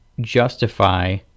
justify